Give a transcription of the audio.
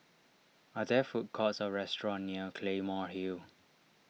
are there food courts or restaurants near Claymore Hill